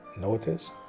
Notice